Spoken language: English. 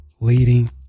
leading